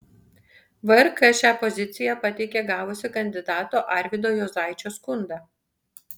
vrk šią poziciją pateikė gavusi kandidato arvydo juozaičio skundą